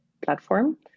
platform